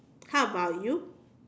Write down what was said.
how about you